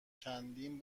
چندین